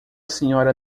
senhora